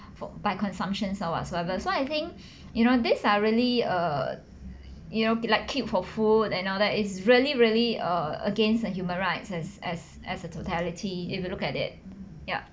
for by consumption or whatsoever so I think you know these are really err you know like keep for food and all that is really really err against the human rights as as as a totality if you look at it yeah